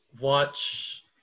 watch